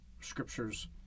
Scripture's